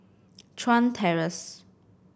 Chuan Terrace